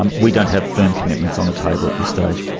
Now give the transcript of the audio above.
um we don't have firm commitments on the table at this stage.